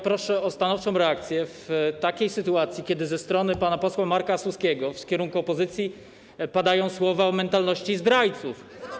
Proszę o stanowczą reakcję w takiej sytuacji, kiedy ze strony pana posła Marka Suskiego w kierunku opozycji padają słowa o mentalności zdrajców.